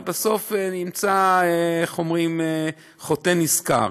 ובסוף נמצא חוטא נשכר.